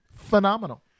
phenomenal